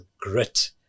grit